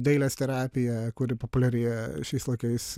dailės terapija kuri populiarėja šiais laikais